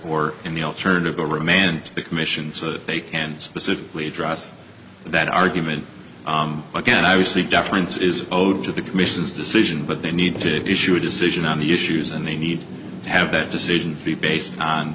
or in the alternative to remand the commission so that they can specifically address that argument again i was the deference is owed to the commission's decision but they need to issue a decision on the issues and the need to have that decision be based on